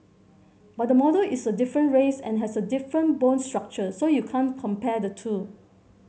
but the model is a different race and has a different bone structure so you can't compare the two